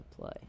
play